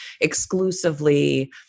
exclusively